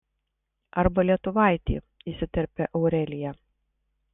arba lietuvaitį įsiterpia aurelija